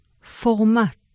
Format